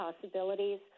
possibilities